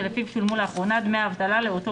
שלפיו שולמו לאחרונה דמי האבטלה לאותו